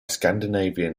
scandinavian